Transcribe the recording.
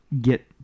get